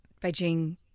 Beijing